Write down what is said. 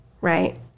Right